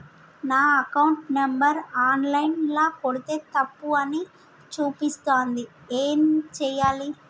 నా account number online ల కొడ్తే తప్పు అని చూపిస్తాంది ఏం చేయాలి?